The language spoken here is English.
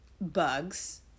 bugs